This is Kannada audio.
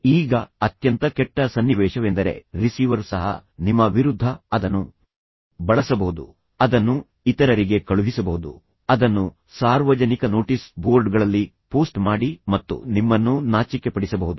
ಈಗ ಅತ್ಯಂತ ಕೆಟ್ಟ ಸನ್ನಿವೇಶವೆಂದರೆ ರಿಸೀವರ್ ಸಹ ನಿಮ್ಮ ವಿರುದ್ಧ ಅದನ್ನು ಬಳಸಬಹುದು ಅದನ್ನು ಇತರರಿಗೆ ಕಳುಹಿಸಬಹುದು ಅದನ್ನು ಸಾರ್ವಜನಿಕ ನೋಟಿಸ್ ಬೋರ್ಡ್ಗಳಲ್ಲಿ ಪೋಸ್ಟ್ ಮಾಡಿ ಮತ್ತು ನಿಮ್ಮನ್ನು ನಾಚಿಕೆಪಡಿಸಬಹುದು